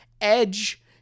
Edge